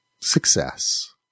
success